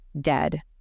dead